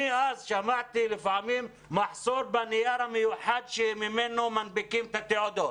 אני שמעתי שדיברו על מחסור בנייר המיוחד שממנו מנפיקים את התעודות.